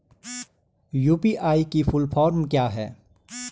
UPI की full form क्या है?